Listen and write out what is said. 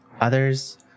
others